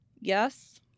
Yes